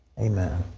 amen.